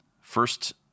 First